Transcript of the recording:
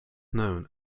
known